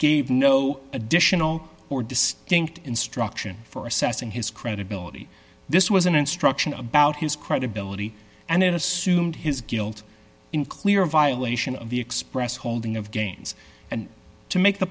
gave no additional or distinct instruction for assessing his credibility this was an instruction about his credibility and it assumed his guilt in clear violation of the express holding of gains and to make the